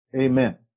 Amen